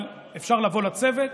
אבל אפשר לבוא לצוות,